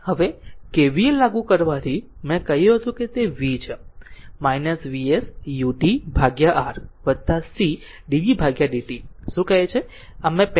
હવે KVL લાગુ કરવાથી મેં કહ્યું કે તે v છે Vs ut R c dv dt શું કહે છે આ મેં પહેલેથી જ કહ્યું છે